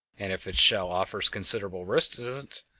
and if its shell offers considerable resistance,